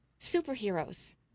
superheroes